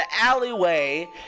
alleyway